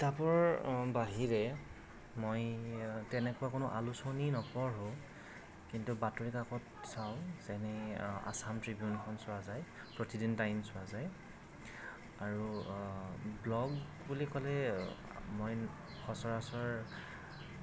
কিতাপৰ বাহিৰে মই তেনেকুৱা কোনো আলোচনী নপঢ়ো কিন্তু বাতৰি কাকত চাওঁ যেনে আসাম ত্ৰিবিউনখন চোৱা যায় প্ৰতিদিন টাইম চোৱা যায় আৰু ব্ল'গ বুলি ক'লে মই সচৰাচৰ